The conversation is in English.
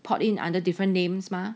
port in under different names mah